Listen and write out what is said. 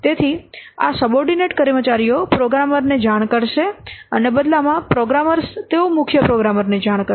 તેથી આ સબોર્ડીનેટ કર્મચારીઓ પ્રોગ્રામરને જાણ કરશે અને બદલામાં પ્રોગ્રામરો તેઓ મુખ્યપ્રોગ્રામરને જાણ કરશે